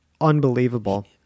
Unbelievable